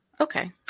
Okay